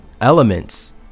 elements